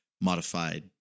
modified